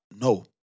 no